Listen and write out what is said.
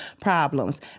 problems